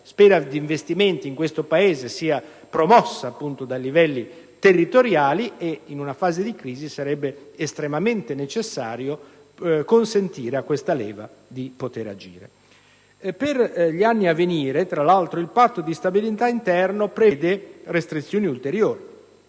spesa per investimenti di questo Paese sia promossa dai livelli territoriali, e in una fase di crisi sarebbe estremamente necessario consentire a questa leva di agire. Per gli anni a venire, tra l'altro, il patto di stabilità interno prevede restrizioni ulteriori.